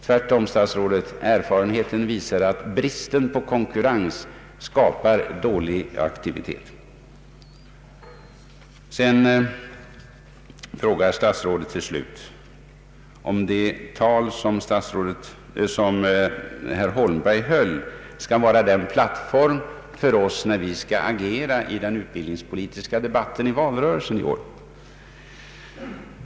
Tvärtom, herr statsråd, visar all erfarenhet att brist på konkurrens skapar dålig effektivitet. Sedan frågar herr statsrådet till slut om det tal som herr Holmberg höll i Linköping skall vara en plattform för oss moderata när vi skall agera i den utbildningspolitiska debatten i valrörelsen.